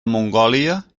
mongòlia